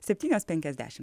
septynios penkiasdešimt